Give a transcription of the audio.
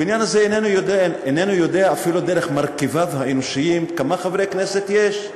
הבניין הזה איננו יודע אפילו דרך מרכיביו האנושיים כמה חברי כנסת יש.